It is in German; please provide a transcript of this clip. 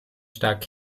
stark